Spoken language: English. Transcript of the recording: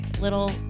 little